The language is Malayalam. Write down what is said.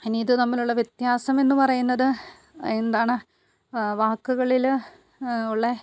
ഇനി ഇത് തമ്മിലുള്ള വ്യത്യാസമെന്ന് പറയുന്നത് എന്താണ് വാക്കുകളിൽ ഉള്ള